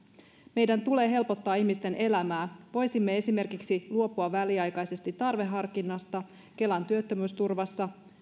meidän tulee helpottaa ihmisten elämää voisimme esimerkiksi luopua väliaikaisesti tarveharkinnasta kelan työttömyysturvassa